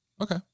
okay